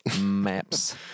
Maps